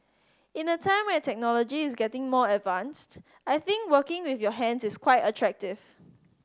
in a time where technology is getting more advanced I think working with your hands is quite attractive